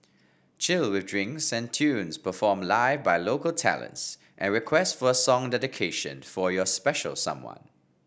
chill with drinks and tunes performed live by local talents and request for a song dedication for your special someone